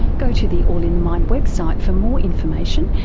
go to the all in the mind website for more information,